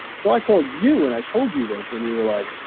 so i called you and i told you this, and you were like,